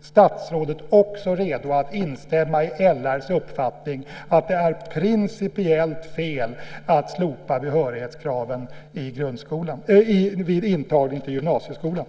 statsrådet redo att instämma i LR:s uppfattning att det är principiellt fel att slopa behörighetskraven vid intagning till gymnasieskolan?